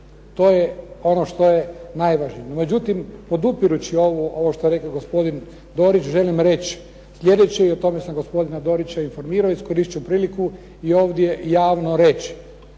To je ono što je najvažnije. No međutim, podupirući ovu, ovo što je rekao gospodin Dorić želim reći sljedeće i o tome sam gospodina Dorića informirao i iskoristit ću priliku i ovdje javno reći.